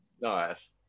Nice